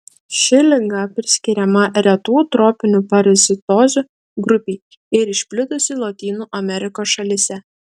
ši liga priskiriama retų tropinių parazitozių grupei ir išplitusi lotynų amerikos šalyse